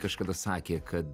kažkada sakė kad